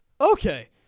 Okay